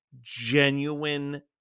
genuine